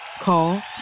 Call